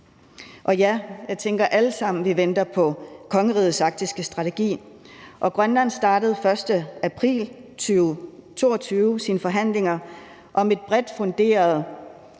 os. Ja, jeg tænker, at vi alle sammen venter på kongerigets arktiske strategi, og Grønland startede den 1. april 2022 sine forhandlinger om en bredt funderet